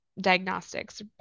diagnostics